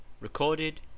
Recorded